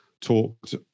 talked